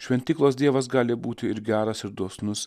šventyklos dievas gali būti ir geras ir dosnus